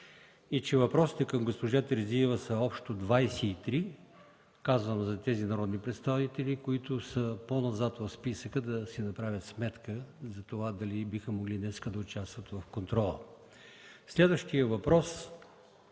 ч. Въпросите към госпожа Терзиева са общо 23. Казвам го за тези народни представители, които са по-назад в списъка, за да си направят сметка дали днес биха могли да участват в контрола. Следващият въпрос